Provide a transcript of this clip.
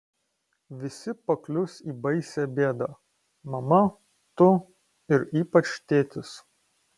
visi paklius į baisią bėdą mama tu ir ypač tėtis